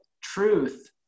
truth